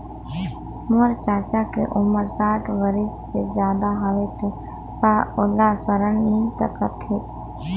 मोर चाचा के उमर साठ बरिस से ज्यादा हवे तो का ओला ऋण मिल सकत हे?